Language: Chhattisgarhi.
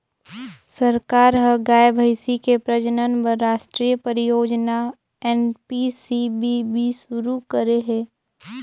सरकार ह गाय, भइसी के प्रजनन बर रास्टीय परियोजना एन.पी.सी.बी.बी सुरू करे हे